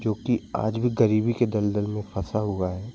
जोकि आज भी गरीबी के दलदल में फँसा हुआ है